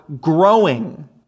growing